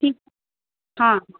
ठीकु हा